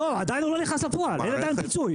אבל עדין הוא לא נכנס לפועל, אין פיצוי.